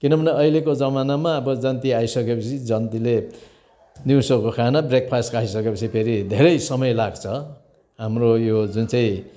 किनभने अहिलेको जमानामा अब जन्ती आइसकेपछि जन्तीले दिउँसोको खाना ब्रेकफास्ट खाइसकेपछि फेरि धेरै समय लाग्छ हाम्रो यो जुन चाहिँ